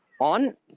on